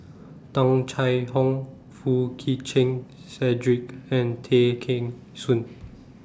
Tung Chye Hong Foo Chee Keng Cedric and Tay Kheng Soon